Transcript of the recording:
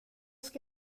ska